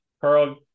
Carl